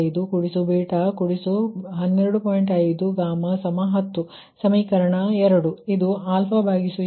5 10 ಸಮೀಕರಣ 2